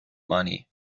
money